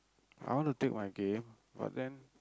I wanna take my game but then